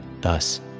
Thus